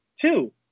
two